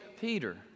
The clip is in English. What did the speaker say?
Peter